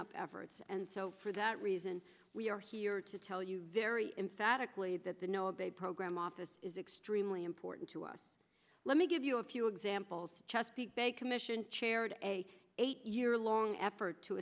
efforts and so for that reason we are here to tell you very emphatically that the no a big program office is extremely important to us let me give you a few examples chesapeake bay commission chaired a eight year long effort to